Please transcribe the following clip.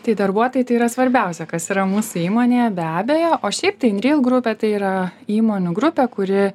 tai darbuotojai tai yra svarbiausia kas yra mūsų įmonėje be abejo o šiaip tai inreal grupė tai yra įmonių grupė kuri